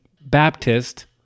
Baptist